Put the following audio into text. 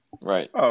Right